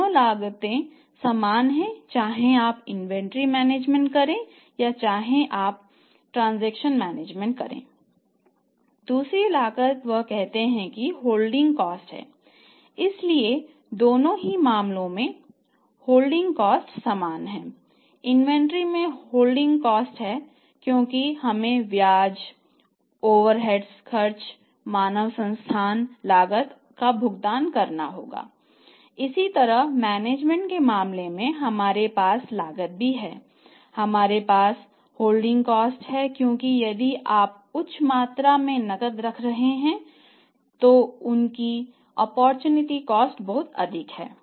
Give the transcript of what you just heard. दूसरी लागत वह कहते हैं कि होल्डिंग कॉस्ट बहुत अधिक है